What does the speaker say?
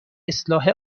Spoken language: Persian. اصلاح